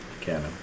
canon